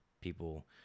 people